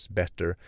better